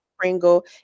Pringle